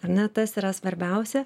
ar ne tas yra svarbiausia